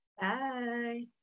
Bye